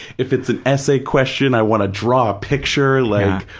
if it's an essay question, i want to draw a picture. like,